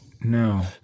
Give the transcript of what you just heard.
no